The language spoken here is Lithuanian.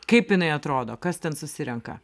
kaip jinai atrodo kas ten susirenka